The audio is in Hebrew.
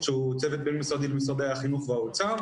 שהוא צוות בין-משרדי למשרדי החינוך והאוצר,